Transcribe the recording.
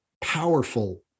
powerful